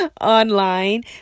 Online